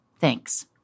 Thanks